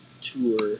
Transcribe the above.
tour